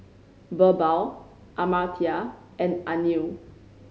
Birbal Amartya and Anil